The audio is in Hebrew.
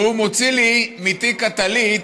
והוא מוציא לי מתיק הטלית